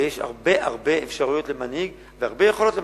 ויש הרבה הרבה אפשרויות למנהיג והרבה יכולות למנהיג,